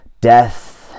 death